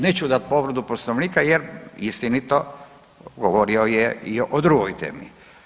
Neću dati povredu Poslovnika jer istinito govorio je i o drugoj temi.